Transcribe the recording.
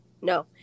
No